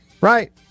Right